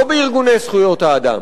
לא בארגוני זכויות האדם.